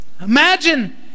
Imagine